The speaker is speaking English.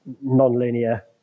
non-linear